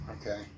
Okay